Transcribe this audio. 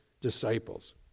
disciples